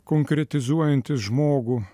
konkretizuojantis žmogų